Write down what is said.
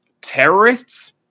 terrorists